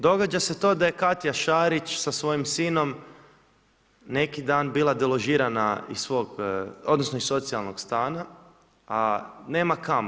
Događa se to da je Katja Šarić sa svojim sinom neki dan bila deložirana iz svog, odnosno iz socijalnog stana, a nema kamo.